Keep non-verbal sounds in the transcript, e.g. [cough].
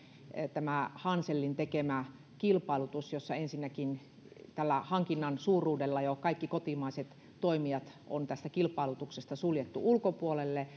tämä hanselin tekemä kilpailutus jossa ensinnäkin tällä hankinnan suuruudella jo kaikki kotimaiset toimijat on tästä kilpailutuksesta suljettu ulkopuolelle [unintelligible]